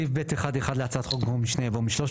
בסעיף (ב1)(1) להצעת החוק במקום 'משני' יבוא משלושת',